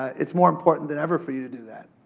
it's more important than ever for you to do that.